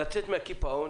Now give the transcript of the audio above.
לצאת מהקיפאון